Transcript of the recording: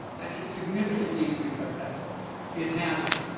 that should significantly increase our test scores. it hasn't.